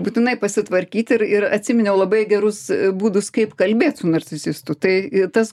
būtinai pasitvarkyt ir ir atsiminiau labai gerus būdus kaip kalbėt su narcisistu tai tas